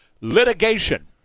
Litigation